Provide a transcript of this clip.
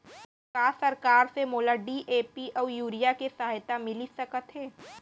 का सरकार से मोला डी.ए.पी अऊ यूरिया के सहायता मिलिस सकत हे?